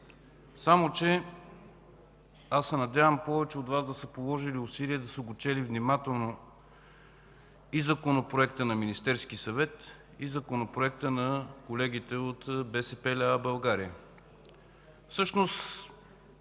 Само че аз се надявам повече от Вас да са положили усилия и да са чели внимателно и Законопроекта на Министерския съвет, и Законопроекта на колегите от БСП лява България.